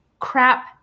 crap